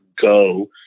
go